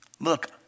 Look